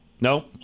No